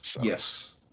Yes